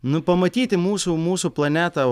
nu pamatyti mūsų mūsų planetą